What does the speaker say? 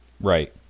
Right